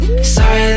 Sorry